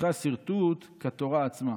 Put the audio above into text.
וצריכה שרטוט, כתורה עצמה".